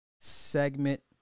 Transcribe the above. segment